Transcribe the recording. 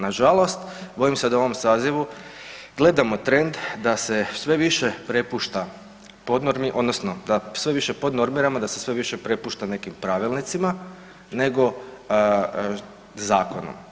Nažalost, bojim se da u ovom sazivu gledamo trend da se sve više prepušta pod normi odnosno da sve više podnormiramo da se sve više prepušta nekim pravilnicima nego zakonu.